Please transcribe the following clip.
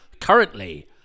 currently